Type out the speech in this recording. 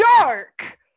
dark